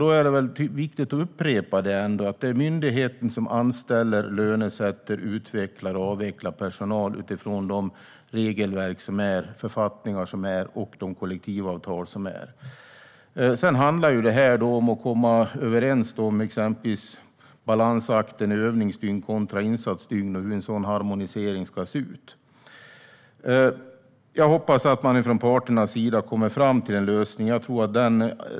Då är det viktigt att upprepa att det är myndigheten som anställer, lönesätter, utvecklar och avvecklar personal utifrån de regelverk, författningar och kollektivavtal som finns. Sedan handlar det om att komma överens om balansakten i övningsdygn kontra insatsdygn och hur en sådan harmonisering ska se ut. Jag hoppas att parterna kommer fram till en lösning.